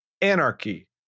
anarchy